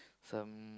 some